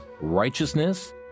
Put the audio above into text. righteousness